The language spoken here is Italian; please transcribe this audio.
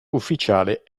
ufficiale